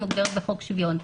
והיא מוגדרת בחוק שוויון.